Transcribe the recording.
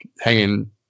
hanging